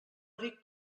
ric